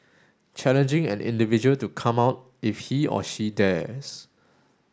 challenging an individual to 'come out' if he or she dares